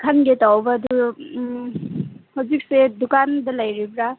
ꯈꯟꯒꯦ ꯇꯧꯕ ꯑꯗꯨ ꯍꯧꯖꯤꯛꯁꯦ ꯗꯨꯀꯥꯟꯗ ꯂꯩꯔꯤꯕ꯭ꯔꯥ